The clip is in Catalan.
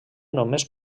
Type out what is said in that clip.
només